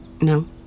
no